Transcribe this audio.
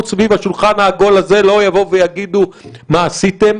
סביב השולחן העגול הזה לא יבואו ויגידו מה עשיתם.